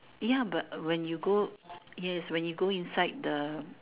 ya but when you go yes when you go inside the